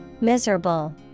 Miserable